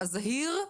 הזהיר.